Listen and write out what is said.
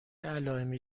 علائمی